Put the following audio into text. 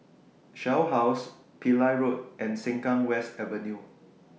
Shell House Pillai Road and Sengkang West Avenue